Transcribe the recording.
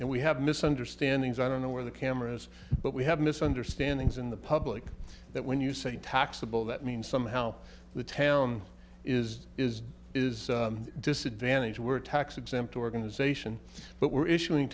and we have misunderstandings i don't know where the cameras but we have misunderstandings in the public that when you say taxable that means somehow the town is is is disadvantaged we're tax exempt organization but we're issuing